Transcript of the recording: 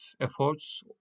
efforts